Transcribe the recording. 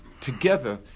Together